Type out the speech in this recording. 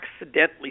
accidentally